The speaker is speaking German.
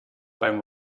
beim